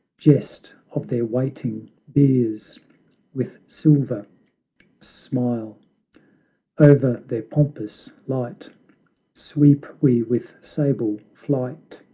jest of their waiting biers with silver smile over their pompous light sweep we with sable flight,